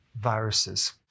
viruses